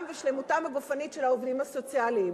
ושלמותם הגופנית של העובדים הסוציאליים.